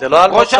זה לא על מוצאו.